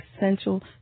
essential